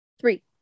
Three